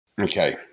Okay